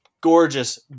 gorgeous